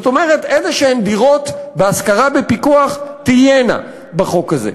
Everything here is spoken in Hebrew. כלומר: איזשהן דירות בהשכרה בפיקוח תהיינה בחוק הזה.